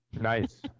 Nice